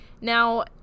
Now